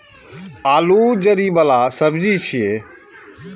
आलू जड़ि बला सब्जी छियै